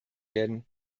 werden